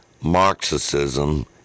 Marxism